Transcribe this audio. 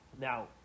Now